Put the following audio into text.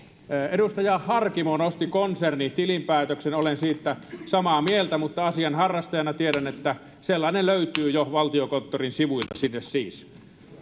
edustaja harkimo nosti konsernitilinpäätöksen olen siitä samaa mieltä mutta asian harrastajana tiedän että sellainen löytyy jo valtiokonttorin sivuilta sinne siis